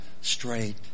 straight